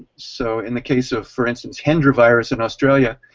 so in the case of, for instance, hendra virus in australia,